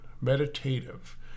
meditative